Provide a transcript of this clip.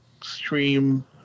stream